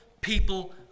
people